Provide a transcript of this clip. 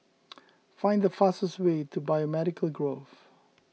find the fastest way to Biomedical Grove